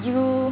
you